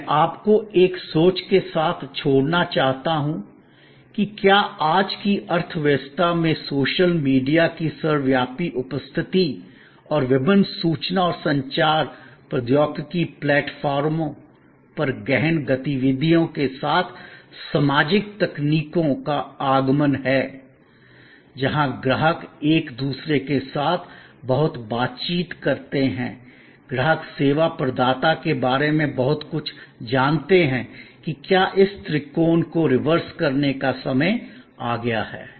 और मैं आपको एक सोच के साथ छोड़ना चाहता हूं कि क्या आज की अर्थव्यवस्था में सोशल मीडिया की सर्वव्यापी उपस्थिति और विभिन्न सूचना और संचार प्रौद्योगिकी प्लेटफार्मों पर गहन गतिविधियों के साथ सामाजिक तकनीकों का आगमन है जहां ग्राहक एक दूसरे के साथ बहुत बातचीत करते हैं ग्राहक सेवा प्रदाता के बारे में बहुत कुछ जानते हैं कि क्या इस त्रिकोण को रिवर्स करने का समय आ गया है